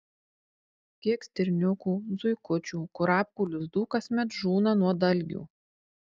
kiek stirniukų zuikučių kurapkų lizdų kasmet žūna nuo dalgių